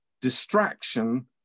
distraction